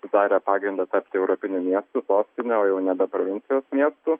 sudarė pagrindą tapti europiniu miestu sostine o jau nebe provincijos miestu